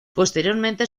posteriormente